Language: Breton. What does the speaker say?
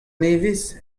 nevez